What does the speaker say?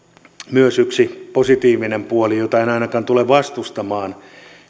myös yksi positiivinen puoli jota en ainakaan tule vastustamaan